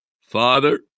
Father